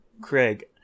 Craig